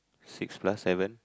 six plus seven